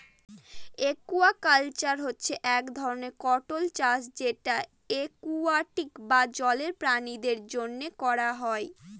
aquaculture হচ্ছে এক ধরনের কন্ট্রোল্ড চাষ যেটা একুয়াটিক বা জলের প্রাণীদের জন্য করা হয়